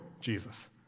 Jesus